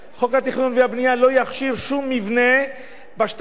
חוק התכנון והבנייה לא יכשיר שום מבנה בשטחים,